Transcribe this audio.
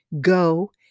go